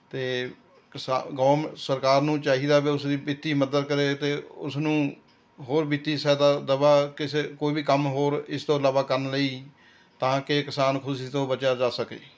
ਅਤੇ ਕਿਸਾ ਗੋਰਮ ਸਰਕਾਰ ਨੂੰ ਚਾਹੀਦਾ ਕਿ ਉਸਦੀ ਵਿੱਤੀ ਮਦਦ ਕਰੇ ਅਤੇ ਉਸ ਨੂੰ ਹੋਰ ਵਿੱਤੀ ਸਹਾਇਤਾ ਦੇਵੇ ਕਿਸੇ ਕੋਈ ਵੀ ਕੰਮ ਹੋਰ ਇਸ ਤੋਂ ਇਲਾਵਾ ਕਰਨ ਲਈ ਤਾਂ ਕਿ ਕਿਸਾਨ ਖੁਦਕੁਸ਼ੀ ਤੋਂ ਬਚਿਆ ਜਾ ਸਕੇ